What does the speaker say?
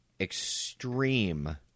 extreme